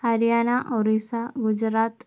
Haryana Orissa Gujarat